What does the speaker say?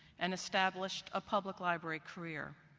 and established a public library career.